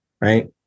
right